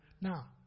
Now